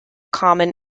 common